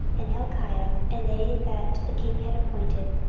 and hilkiah, and they that the king had appointed,